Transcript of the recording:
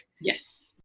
Yes